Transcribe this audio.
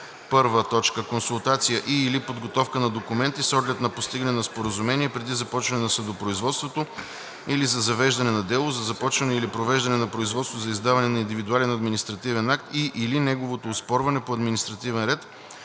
така: „1. консултация и/или подготовка на документи с оглед на постигане на споразумение преди започване на съдопроизводството или за завеждане на дело, за започване или провеждане на производство за издаване на индивидуален административен акт и/или неговото оспорване по административен ред,